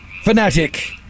Fanatic